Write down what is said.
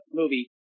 movie